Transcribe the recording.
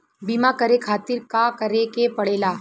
बीमा करे खातिर का करे के पड़ेला?